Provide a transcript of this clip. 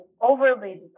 overly